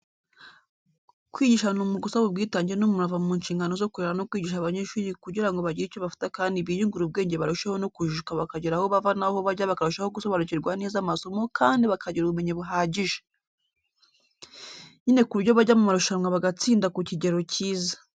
Kwigisha ni umwuga usaba ubwitange n’umurava mu nshingano zo kurera no kwigisha abanyeshuri kugira ngo bagire icyo bafata kandi biyungure ubwenge barusheho no kujijuka bakagira aho bava naho bajya bakarushaho gusobanukirwa neza amasomo kandi bakagira ubumenyi buhagije, nyine ku buryo bajya mu murushanwa bagatsinda ku kigero cyiza.